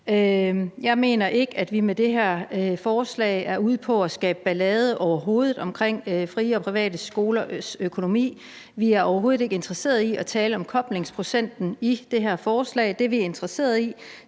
Jeg mener ikke, at vi med det her forslag overhovedet er ude på at skabe ballade omkring frie og private skolers økonomi. Vi er overhovedet ikke interesseret i at tale om koblingsprocenten i det her forslag. Det, vi præcis er interesserede i,